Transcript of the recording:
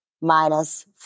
minus